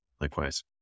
Likewise